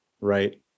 right